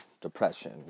Depression